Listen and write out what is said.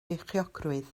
beichiogrwydd